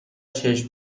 چشم